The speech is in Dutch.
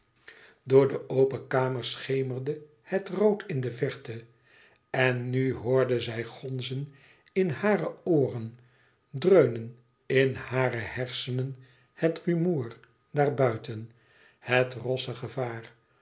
door de open kamer schemerde het rood in de verte en nu hoorde zij gonzen in hare ooren dreunen in hare hersenen het rumoer daarbuiten het rosse gevaar